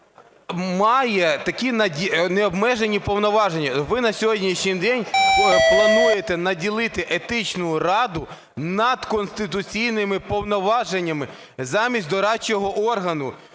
має такі необмежені повноваження? Ви на сьогоднішній день плануєте наділити Етичну раду надконституційними повноваженнями замість дорадчого органу.